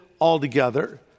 altogether